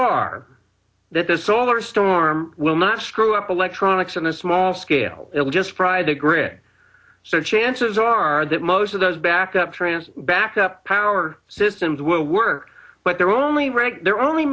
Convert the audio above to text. are that this solar storm will not screw up electronics in a small scale it'll just pry the grid so chances are that most of those backup trans backup power systems will work but they're only there are only